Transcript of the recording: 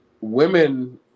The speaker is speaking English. women